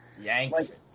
Yanks